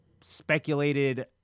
speculated